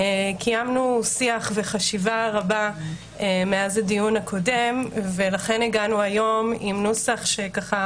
קיימנו שיח וחשיבה רבה מאז הדיון הקודם ולכן הגענו היום עם נוסח שככה